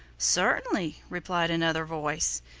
certainly, replied another voice,